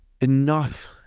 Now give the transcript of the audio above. enough